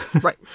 Right